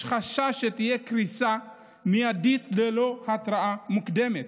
יש חשש שתהיה קריסה מיידית בלא התרעה מוקדמת.